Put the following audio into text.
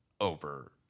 over